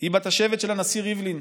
היא בת השבט של הנשיא ריבלין,